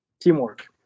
Teamwork